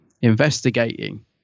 investigating